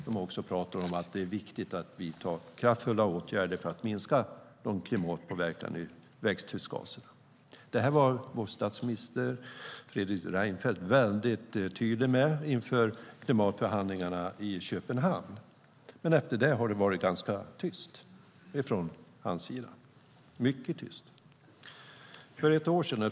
De har också talat om vikten av att vidta kraftfulla åtgärder för att minska de klimatpåverkande växthusgaserna. Detta var också vår statsminister Fredrik Reinfeldt tydlig med inför klimatförhandlingarna i Köpenhamn, men efter det har det varit mycket tyst från honom.